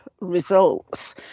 results